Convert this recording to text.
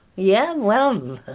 yeah, well,